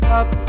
up